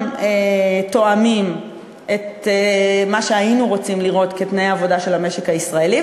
שאינם תואמים את מה שהיינו רוצים לראות כתנאי עבודה של המשק הישראלי,